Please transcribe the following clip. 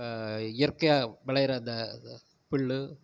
இயற்கையாக விளையிற அந்த புல்லு